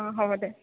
অঁ হ'ব দে